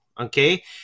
okay